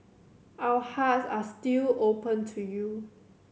our hearts are still open to you